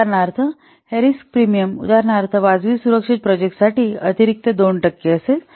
उदाहरणार्थ हे risk premium उदाहरणार्थ वाजवी सुरक्षित प्रोजेक्ट साठी अतिरिक्त 2 टक्के असेल